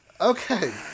Okay